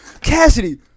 Cassidy